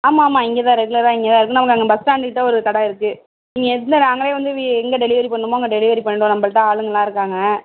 ஆமாம்மா இங்கேதான் ரெகுலராக இங்கேதான் இருக்கு நமக்கு அங்கே பஸ் ஸ்டாண்ட்கிட்டே ஒரு கடை இருக்கு இங்கே இருந்தால் நாங்களே வந்து எங்கே டெலிவரி பண்ணனுமோ அங்கே டெலிவரி பண்ணிவிடுவோம் நம்பள்கிட்ட ஆளுங்கல்லாம் இருக்காங்க